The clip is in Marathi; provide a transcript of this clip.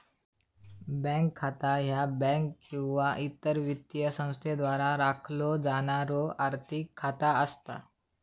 बँक खाता ह्या बँक किंवा इतर वित्तीय संस्थेद्वारा राखलो जाणारो आर्थिक खाता असता